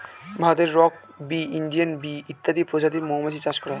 ভারতে rock bee, Indian bee ইত্যাদি প্রজাতির মৌমাছি চাষ করা হয়